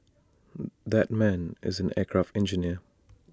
that man is an aircraft engineer